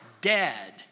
dead